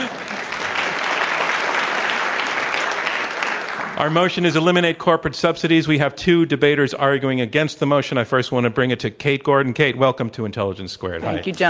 our motion is eliminate corporate subsidies. we have two debaters arguing against the motion. i first want to bring it to kate gordon. kate, welcome to intelligence squared. hi. thank you, yeah